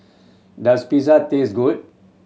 does Pizza taste good